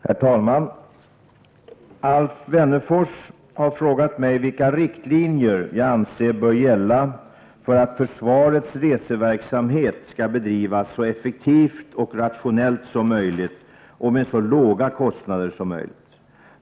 Herr talman! Alf Wennerfors har frågat mig vilka riktlinjer jag anser bör gälla för att försvarets reseverksamhet skall bedrivas så effektivt och rationellt som möjligt och med så låga kostnader som möjligt.